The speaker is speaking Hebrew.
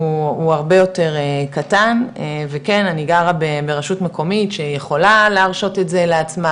הוא הרבה יותר קטן וכן אני גרה ברשות מקומית שיכולה להרשות את זה לעצמה,